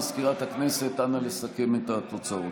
מזכירת הכנסת, נא לסכם את התוצאות.